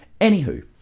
Anywho